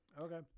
Okay